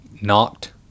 knocked